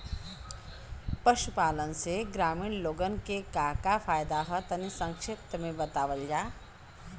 पशुपालन से ग्रामीण लोगन के का का फायदा ह तनि संक्षिप्त में बतावल जा?